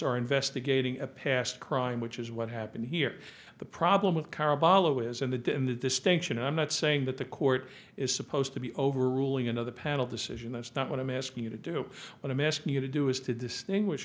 are investigating a past crime which is what happened here the problem with carballo is in the in the distinction i'm not saying that the court is supposed to be overruling another panel decision that's not what i'm asking you to do what i'm asking you to do is to distinguish